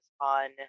on